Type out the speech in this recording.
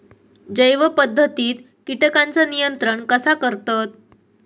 जैव पध्दतीत किटकांचा नियंत्रण कसा करतत?